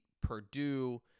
Purdue